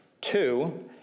Two